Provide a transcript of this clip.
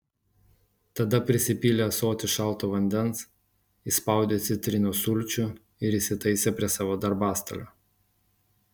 tada prisipylė ąsotį šalto vandens įspaudė citrinos sulčių ir įsitaisė prie savo darbastalio